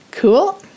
Cool